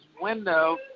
window